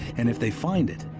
and if they find it,